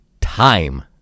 time